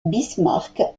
bismarck